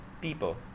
people